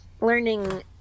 learning